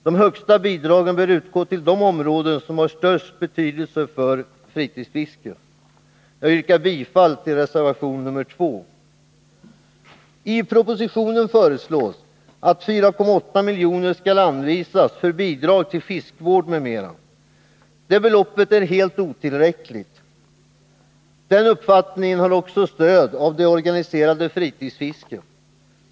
De högsta bidragen bör utgå till de områden som har den största betydelsen för fritidsfisket. Jag yrkar bifall till reservation nr 2. I propositionen föreslås att 4,8 milj.kr. skall anvisas för bidrag till fiskevården m.m. Det beloppet är helt otillräckligt. Denna uppfattning har också stöd av det organiserade fritidsfisket.